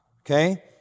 okay